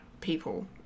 people